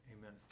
amen